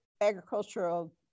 agricultural